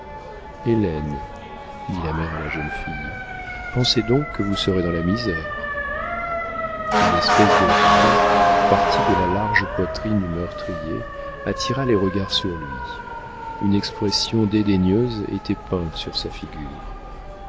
dit la mère à la jeune fille pensez donc que vous serez dans la misère une espèce de râle parti de la large poitrine du meurtrier attira les regards sur lui une expression dédaigneuse était peinte sur sa figure